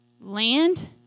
land